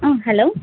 ஆ hello